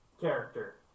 character